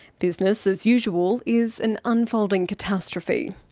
business as usual is an unfolding catastrophe.